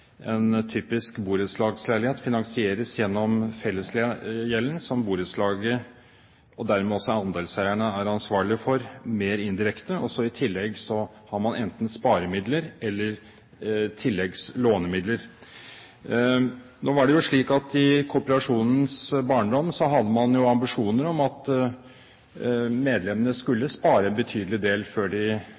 en typisk borettslagsleilighet finansieres gjennom fellesgjelden, som borettslaget, og dermed også andelseierne, er ansvarlige for mer indirekte. I tillegg har man enten sparemidler eller tilleggslånemidler. Nå var det jo slik at man i kooperasjonens barndom hadde ambisjoner om at medlemmene skulle spare en betydelig del før de